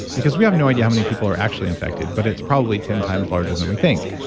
because we have no idea how many people are actually infected, but it's probably ten times larger than we think,